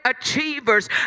achievers